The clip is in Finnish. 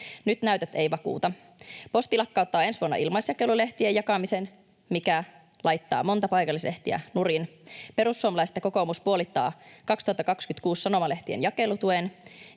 Nyt näytöt eivät vakuuta. Posti lakkauttaa ensi vuonna ilmaisjakelulehtien jakamisen, mikä laittaa monta paikallislehteä nurin. Perussuomalaiset ja kokoomus puolittavat 2026 sanomalehtien jakelutuen,